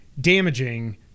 damaging